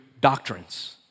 doctrines